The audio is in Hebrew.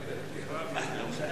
כבוד השר,